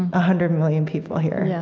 a hundred million people here. yeah